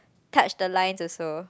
touch the lines also